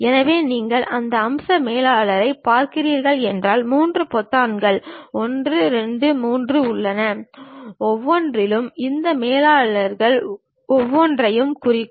எனவே நீங்கள் அந்த அம்ச மேலாளரைப் பார்க்கிறீர்கள் என்றால் 3 பொத்தான்கள் 1 2 மற்றும் 3 உள்ளன ஒவ்வொன்றும் இந்த மேலாளர்களில் ஒவ்வொன்றையும் குறிக்கும்